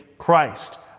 Christ